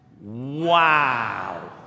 Wow